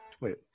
Wait